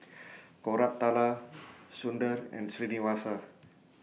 Koratala Sundar and Srinivasa